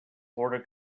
border